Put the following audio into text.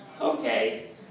Okay